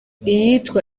iyitwa